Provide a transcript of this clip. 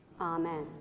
Amen